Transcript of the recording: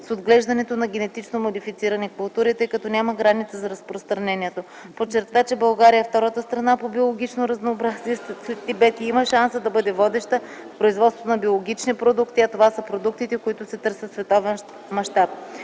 с отглеждането на генетично модифицирани култури, тъй като няма граница за разпространението. Той подчерта, че България е втората страна по биологично разнообразие след Тибет и има шанса да бъде водеща в производството на биологични продукти, а това са продуктите, които се търсят в световен мащаб.